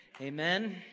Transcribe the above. Amen